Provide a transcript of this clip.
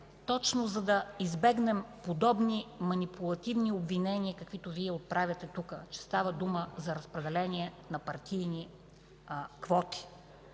точно за да избегнем подобни манипулативни обвинения, каквито Вие отправяте тук, че става дума за разпределение на партийни квоти,